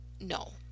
No